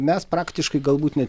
mes praktiškai galbūt net